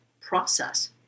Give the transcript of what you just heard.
process